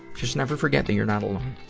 just never forget that you're not alone.